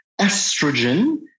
Estrogen